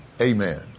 Amen